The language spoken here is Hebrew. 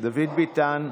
דוד ביטן,